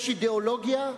יש אידיאולוגיה,